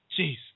Jeez